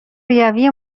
ریوی